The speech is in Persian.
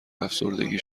افسردگی